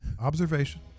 observation